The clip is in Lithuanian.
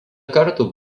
kartų